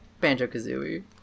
Banjo-Kazooie